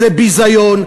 זה ביזיון,